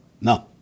no